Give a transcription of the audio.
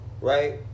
right